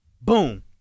Boom